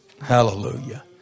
hallelujah